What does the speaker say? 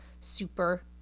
super